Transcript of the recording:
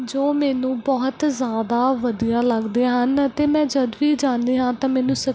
ਜੋ ਮੈਨੂੰ ਬਹੁਤ ਜ਼ਿਆਦਾ ਵਧੀਆ ਲੱਗਦੀਆਂ ਹਨ ਅਤੇ ਮੈਂ ਜਦੋਂ ਵੀ ਜਾਂਦੀ ਹਾਂ ਤਾਂ ਮੈਨੂੰ